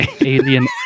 alien